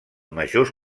majors